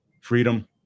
freedom